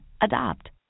Adopt